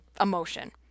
emotion